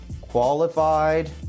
qualified